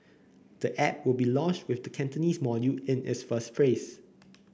the app will be launched with the Cantonese module in its first phase